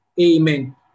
Amen